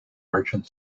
merchant